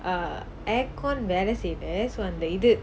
err aircon வேலை செயலை:velai seila so அந்த இது:antha ithu